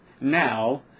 now